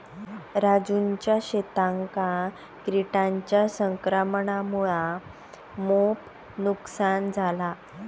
राजूच्या शेतांका किटांच्या संक्रमणामुळा मोप नुकसान झाला